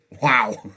Wow